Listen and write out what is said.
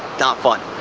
not fun.